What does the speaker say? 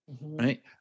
Right